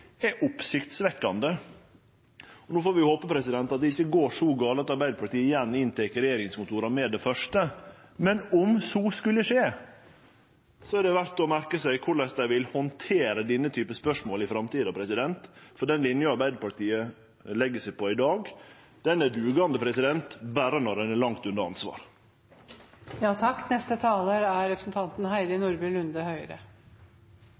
er oppsiktsvekkjande. No får vi håpe at det ikkje med det første går så gale at Arbeidarpartiet igjen overtek regjeringskontora. Men om så skulle skje, er det verdt å merke seg korleis dei vil handtere denne typen spørsmål i framtida, for den linja Arbeidarpartiet legg seg på i dag, er dugande berre når ein er langt